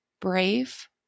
Brave